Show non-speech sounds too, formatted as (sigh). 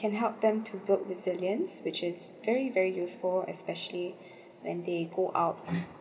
can help them to build resilience which is very very useful especially (breath) when they go out